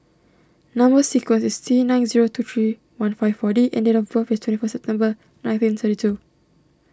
Number Sequence is T nine zero two three one five four D and date of birth is twenty four September nineteen thirty two